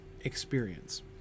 experience